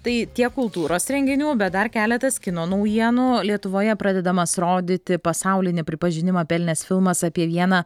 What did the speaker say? tai tiek kultūros renginių bet dar keletas kino naujienų lietuvoje pradedamas rodyti pasaulinį pripažinimą pelnęs filmas apie vieną